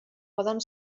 poden